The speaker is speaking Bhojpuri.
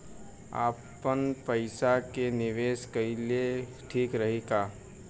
आपनपईसा के निवेस कईल ठीक रही का?